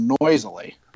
noisily